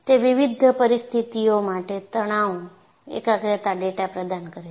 તે વિવિધ સમસ્યાઓ માટે તણાવ એકાગ્રતા ડેટા પ્રદાન કરે છે